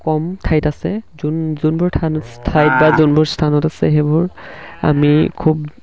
কম ঠাইত আছে যোন যোনবোৰ ঠাইত বা যোনবোৰ স্থানত আছে সেইবোৰ আমি খুব